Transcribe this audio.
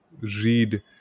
read